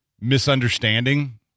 misunderstanding